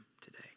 today